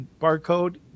barcode